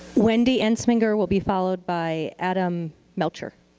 wendy amsminger will be followed by adam melcher.